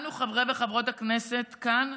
אנו, חברי וחברות הכנסת, כאן,